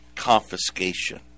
confiscation